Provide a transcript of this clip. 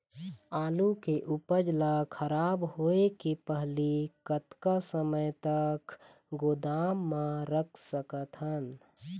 आलू के उपज ला खराब होय के पहली कतका समय तक गोदाम म रख सकत हन?